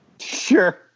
Sure